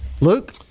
Luke